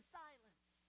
silence